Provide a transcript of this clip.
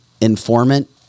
informant